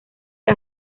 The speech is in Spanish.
que